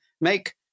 make